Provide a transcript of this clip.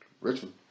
Richmond